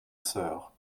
soeur